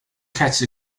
catch